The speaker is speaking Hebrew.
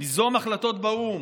ליזום החלטות באו"ם,